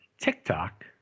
TikTok